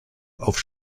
auf